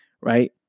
right